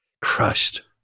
Crushed